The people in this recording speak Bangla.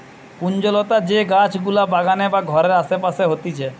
কুঞ্জলতা যে গাছ গুলা বাগানে বা ঘরের আসে পাশে হতিছে